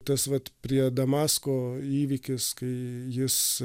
tas vat prie damasko įvykis kai jis